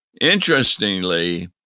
Interestingly